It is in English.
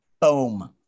Boom